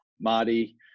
Marty